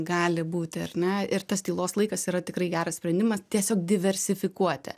gali būti ar ne ir tas tylos laikas yra tikrai geras sprendimas tiesiog diversifikuoti